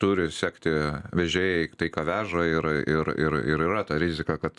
turi sekti vežėjai tai ką veža ir ir ir ir yra ta rizika kad